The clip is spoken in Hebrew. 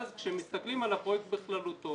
ואז כשמסתכלים על הפרויקט בכללותו,